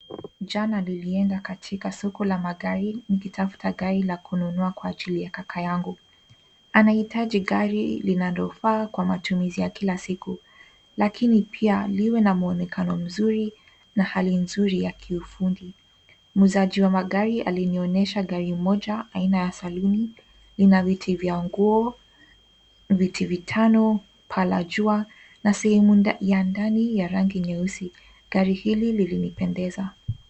Jana nilienda katika soko la magari nikitafuta gari la kununulia kwa ajili ya kakangu anahitaji gari linofaa kwa matumizi ya kila siku lakini pia liwe na mwonekano mzuri na hali nzuri ya kiufundi muuzaji wa magari alinionyesha gari moja aina ya saluni lina viti vya nguo viti vitano paa la jua na sehemu ya ndani ya rangi nyeusi